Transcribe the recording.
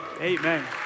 Amen